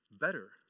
better